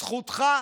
זכותך.